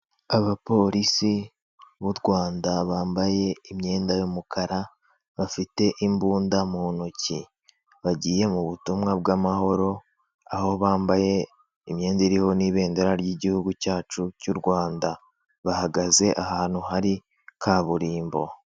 Abapolisi b'u rwanda bambaye imyenda y'umukara bafite imbunda mu ntoki bagiye mu butumwa bw'amahoro aho bambaye imyenda iriho n'ibendera ry'igihugu cyacu cy'u rwanda bahagaze ahantu hari kaburimbo.